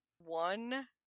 one